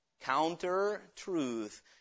counter-truth